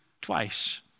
twice